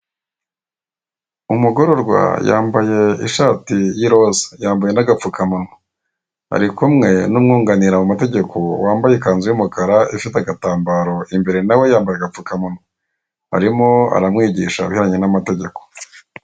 Umugororwa yambaye ishati y'iroza. Yambaye n'agapfukamunwa. Ari kumwe n'umwunganira mu mategeko, wambaye ikanzu y'umukara, ifite agatambaro imbere, na we yambaye agapfukamunwa. Arimo aramwigisha ibijyanye n'amategeko.